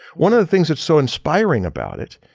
one of the things that's so inspiring about it,